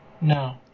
No